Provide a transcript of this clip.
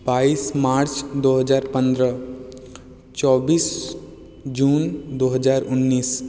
बाइस मार्च दो हज़ार पंद्रह चौबीस जून दो हज़ार उन्नीस